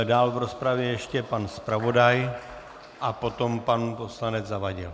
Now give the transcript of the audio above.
Dál v rozpravě ještě pan zpravodaj a potom pan poslanec Zavadil.